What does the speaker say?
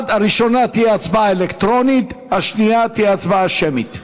הראשונה תהיה הצבעה אלקטרונית והשנייה תהיה הצבעה שמית.